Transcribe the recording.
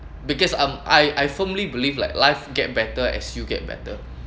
because I'm I I firmly believe like life get better as you get better